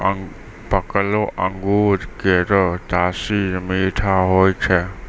पकलो अंगूर केरो तासीर मीठा होय छै